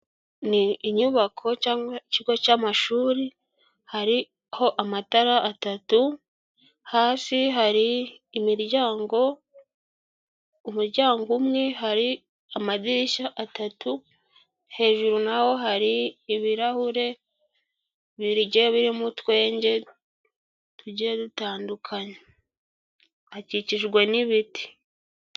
Ni inyubako cyangwa ikigo cy'amashuri hariho amatara atatu, hasi hari imiryango, umuryango umwe, hari amadirishya atatu, hejuru naho hari ibirahure bigiye birimo utwenge tugiye dutandukanye akikijwe n'ibiti.